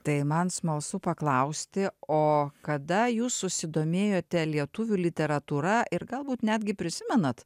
tai man smalsu paklausti o kada jūs susidomėjote lietuvių literatūra ir galbūt netgi prisimenat